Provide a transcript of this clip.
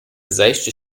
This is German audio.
seichte